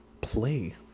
play